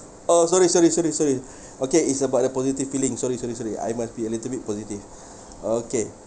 oh sorry sorry sorry sorry okay it's about the positive feeling sorry sorry sorry I must be a little bit positive okay